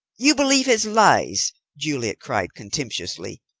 you believe his lies, juliet cried contemptuously.